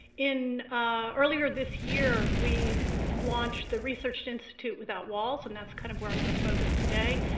in earlier this year, we launched the research institute without walls, and that's kind of where i'm going to focus today,